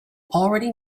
already